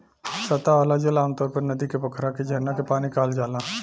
सतह वाला जल आमतौर पर नदी के, पोखरा के, झरना के पानी कहल जाला